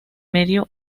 medio